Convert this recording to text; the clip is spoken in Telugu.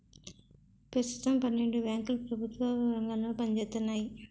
పెస్తుతం పన్నెండు బేంకులు ప్రెభుత్వ రంగంలో పనిజేత్తన్నాయి